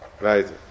Right